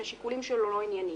שהשיקולים שלו לא ענייניים.